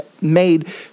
made